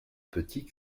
petits